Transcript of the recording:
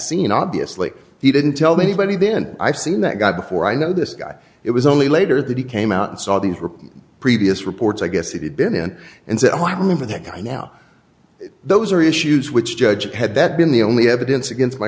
scene obviously he didn't tell me but he then i seen that guy before i know this guy it was only later that he came out and saw the report previous reports i guess if he'd been in and said oh i remember that guy now those are issues which judge had that been the only evidence against my